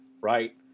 right